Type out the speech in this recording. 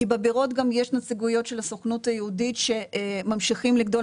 כי בבירות גם יש נציגויות של הסוכנות היהודית שממשיכים לגדול,